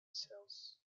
cells